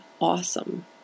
awesome